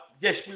Yes